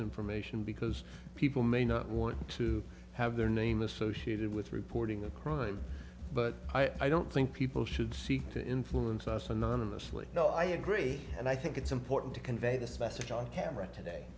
information because people may not want to have their name associated with reporting a crime but i don't think people should seek to influence us anonymously no i agree and i think it's important to convey this message on camera today